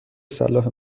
صلاح